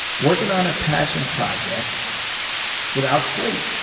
working on a passion project without sleep?